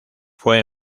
fue